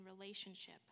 relationship